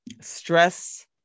stress